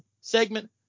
segment